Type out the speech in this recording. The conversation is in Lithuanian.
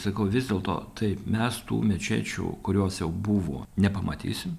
sakau vis dėlto taip mes tų mečečių kurios jau buvo nepamatysim